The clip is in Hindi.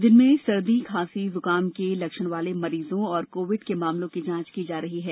जिनमें सदीखासीजुकाम के लक्षण वाले मरीजों और कोविड के मामलों की जांच की जा रही है